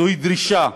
זוהי דרישה: